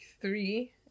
three